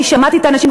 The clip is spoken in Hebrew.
אני שמעתי את האנשים.